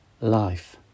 life